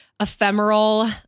ephemeral